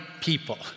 people